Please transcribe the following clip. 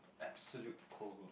absolute cold